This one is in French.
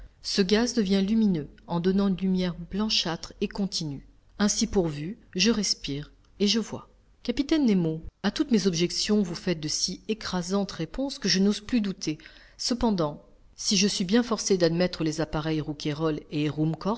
ce gaz devient lumineux en donnant une lumière blanchâtre et continue ainsi pourvu je respire et je vois capitaine nemo à toutes mes objections vous faites de si écrasantes réponses que je n'ose plus douter cependant si je suis bien forcé d'admettre les appareils rouquayrol et